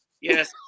Yes